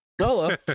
solo